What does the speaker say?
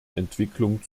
entwicklung